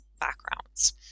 backgrounds